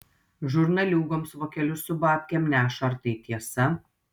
žurnaliūgoms vokelius su babkėm neša ar tai tiesa